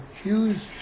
accused